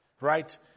right